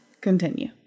continue